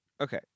Okay